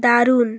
দারুণ